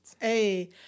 Hey